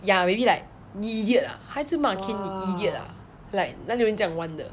ya maybe like idiot ah 他一直骂 kain 你 idiot ah 哪里有人这样玩的